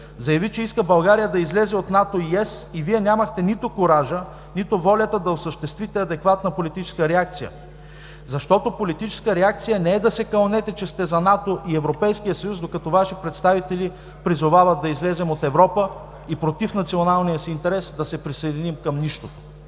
заяви, че иска България да излезе от НАТО и Европейския съюз и Вие нямахте нито куража, нито волята да осъществите адекватна политическа реакция, защото политическа реакция не е да се кълнете, че сте за НАТО и Европейския съюз, докато Ваши представители призовават да излезем от Европа и против националния си интерес да се присъединим към нищото.